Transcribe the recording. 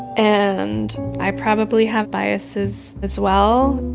and i probably have biases as well,